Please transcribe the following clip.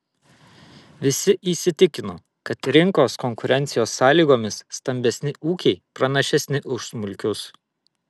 visi įsitikino kad rinkos konkurencijos sąlygomis stambesni ūkiai pranašesni už smulkius